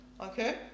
Okay